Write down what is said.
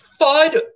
FUD